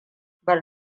bar